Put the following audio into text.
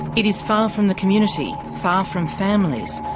it is far from the community, far from families,